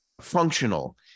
functional